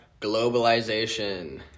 globalization